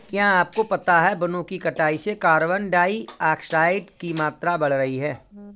क्या आपको पता है वनो की कटाई से कार्बन डाइऑक्साइड की मात्रा बढ़ रही हैं?